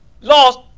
lost